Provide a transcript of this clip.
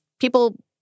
people